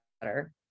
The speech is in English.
better